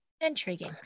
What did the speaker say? Intriguing